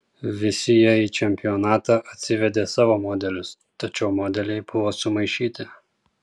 visi jie į čempionatą atsivedė savo modelius tačiau modeliai buvo sumaišyti